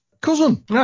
cousin